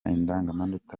indangamanota